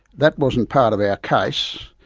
that wasn't part of our case.